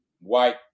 white